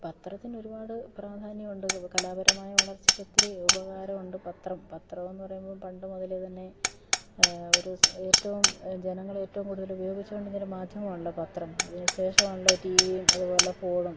പത്രത്തിന് ഒരുപാട് പ്രാധാന്യം ഉണ്ട് കലാപരമായ വളർച്ചയ്ക്ക് ഒത്തിരി ഉപകാരം ഉണ്ട് പത്രം പത്രമെന്ന് പറയുമ്പം പണ്ട് മുതലേ തന്നെ ഒരു ഏറ്റവും ജനങ്ങൾ ഏറ്റവും കൂടുതൽ ഉപയോഗിച്ചു കൊണ്ടിരുന്ന ഒരു മാധ്യമമാണല്ലോ പത്രം അതിന് ശേഷമാണല്ലോ ടിവിയും അതുപോലെ ഫോണും